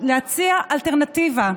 להציע אלטרנטיבה.